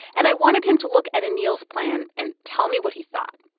and i wanted him to look at anil's plan and tell me what he thought.